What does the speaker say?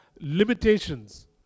limitations